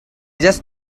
just